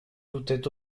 doutait